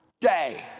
day